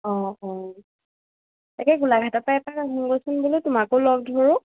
অঁ অঁ তাকে গোলাঘাটৰ পৰা এপাক আহো গৈচোন বোলো তোমাকো লগ ধৰোঁ